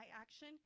action